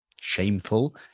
shameful